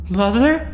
mother